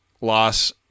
loss